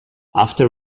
after